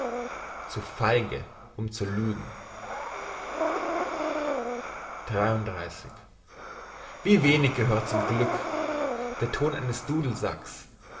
zu feige um zu lügen wie wenig gehört zum glücke der ton eines dudelsacks